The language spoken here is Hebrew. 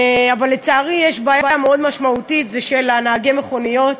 אבל לצערי יש בעיה מאוד משמעותית של נהגי המכוניות,